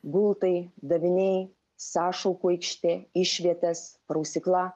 gultai daviniai sąšaukų aikštė išvietės prausykla